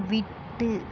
விட்டு